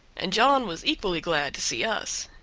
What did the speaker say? and john was equally glad to see us.